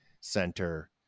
center